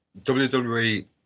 WWE